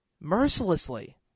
Mercilessly